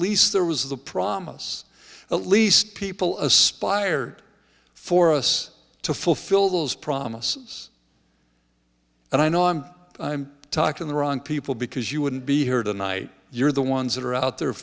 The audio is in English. least there was the promise at least people aspired for us to fulfill those promises and i know i'm i'm talkin the wrong people because you wouldn't be here tonight you're the ones that are out there